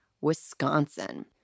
Wisconsin